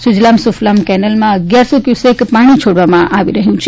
સુજલામ સુફલામ કેનાલમાં અગિયારસો ક્યુસેક પાણી છોડવામાં આવી રહ્યું છે